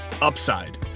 upside